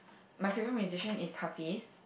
my favorite musician is Hafiz